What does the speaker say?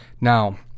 Now